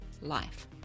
life